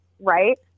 right